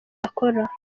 bakora